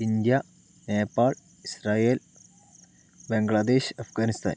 India Nepal Israel Bangladesh Afghanistan